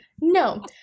No